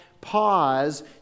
pause